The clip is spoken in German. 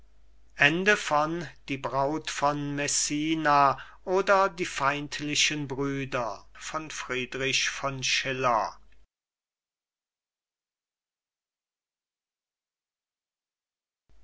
die braut von messina oder die feindlichen brüder friedrich schiller